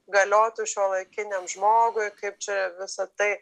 galiotų šiuolaikiniam žmogui kaip čia visa tai